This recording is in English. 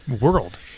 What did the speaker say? world